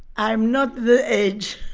i am not the age.